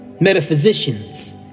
metaphysicians